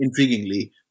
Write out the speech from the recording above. intriguingly